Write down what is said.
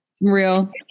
Real